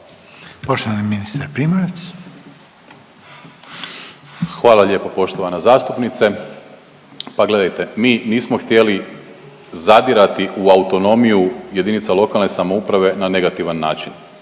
Poštovani ministar Primorac. **Primorac, Marko** Hvala lijep poštovana zastupnice. Pa gledajte, mi nismo htjeli zadirati u autonomiju jedinica lokalne samouprave na negativan način,